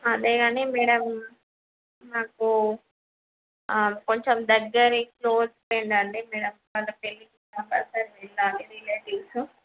అదే కానీ మేడం మాకు కొంచెం దగ్గర క్లోజ్ ఫ్రెండ్ అండి మేము వాళ్ళ పెళ్ళికి కంపల్సరీ వెళ్ళాలి రిలేటివ్స్